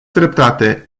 dreptate